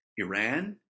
Iran